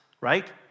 Right